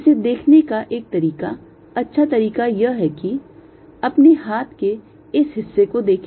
इसे देखने का एक तरीका अच्छा तरीका यह है कि अपने हाथ के इस हिस्से को देखें